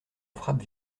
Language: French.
frappe